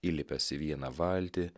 įlipęs į vieną valtį